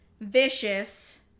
vicious